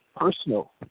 personal